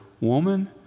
woman